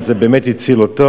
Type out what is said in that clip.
וזה באמת הציל אותו.